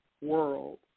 world